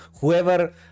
whoever